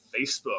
Facebook